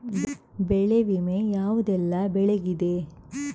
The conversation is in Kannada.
ಬೆಳೆ ವಿಮೆ ಯಾವುದೆಲ್ಲ ಬೆಳೆಗಿದೆ?